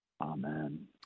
Amen